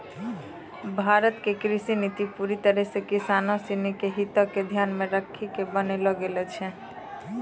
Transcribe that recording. भारत के कृषि नीति पूरी तरह सॅ किसानों सिनि के हित क ध्यान मॅ रखी क बनैलो गेलो छै